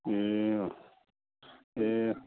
ए अँ ए अँ